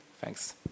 Thanks